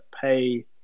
pay